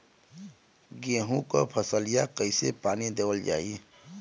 गेहूँक फसलिया कईसे पानी देवल जाई?